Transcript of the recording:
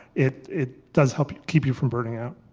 it it does help keep you from burning out.